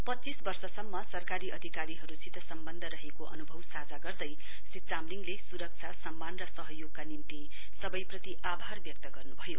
पञ्चीस वर्षसम्म सरकारी अधिकारीहरुसित सम्वध्द रहेको अनुभव साझा गर्दै श्री चामलिङले सुरक्षा सम्मान र सहयोगका निम्ति आभार व्यक्त गर्नुभयो